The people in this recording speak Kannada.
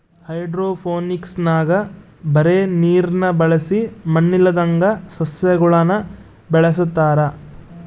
ಹೈಡ್ರೋಫೋನಿಕ್ಸ್ನಾಗ ಬರೇ ನೀರ್ನ ಬಳಸಿ ಮಣ್ಣಿಲ್ಲದಂಗ ಸಸ್ಯಗುಳನ ಬೆಳೆಸತಾರ